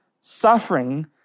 suffering